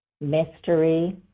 mystery